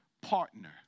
partner